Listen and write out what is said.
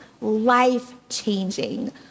life-changing